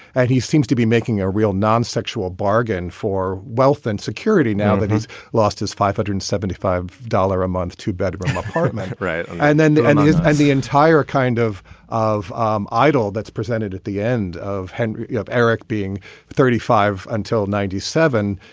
and he seems to be making a real nonsexual bargain for wealth and security now that he's lost his five hundred seventy five dollar a month two-bedroom apartment. right. and then the end and the entire kind of of um idol that's presented at the end of henry. you have eric being thirty five until ninety seven.